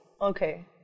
Okay